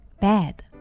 bed